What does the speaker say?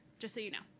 just so you know.